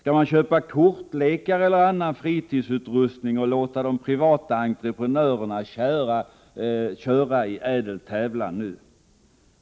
skall man köpa kortlekar eller annan fritidsutrustning och låta de privata entreprenörerna köra i ädel tävlan?